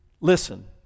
Listen